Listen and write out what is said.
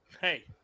Hey